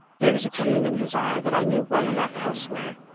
there was a gleam in his eye that i knew well enough elsewhere,